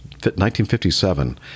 1957